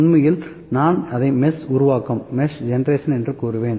உண்மையில் நான் அதை மெஷ் உருவாக்கம் என்று கூறுவேன்